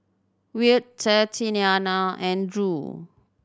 Wyatt Tatyana and Drew